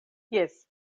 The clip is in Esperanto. jes